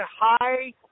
high